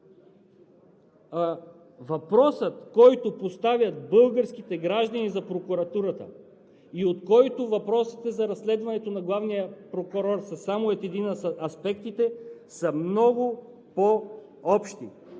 Въпросите, които поставят българските граждани за Прокуратурата, и от които разследването на главния прокурор е само един от аспектите, са много по-общи.